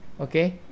okay